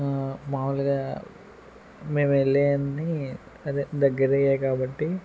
మామూలుగా మేము వెళ్ళే అన్ని అదే దగ్గరియే కాబ్బటి